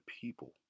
people